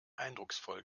eindrucksvoll